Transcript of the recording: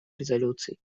резолюций